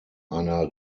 einer